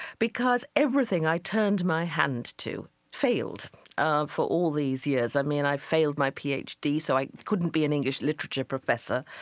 because everything i turned my hand to failed ah for all these years. i mean, i failed my ph d. so i couldn't be an english literature professor.